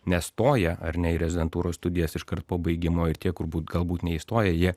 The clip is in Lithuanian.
nestoja ar ne į rezidentūros studijas iškart po baigimo ir tie kur būt galbūt neįstoja jie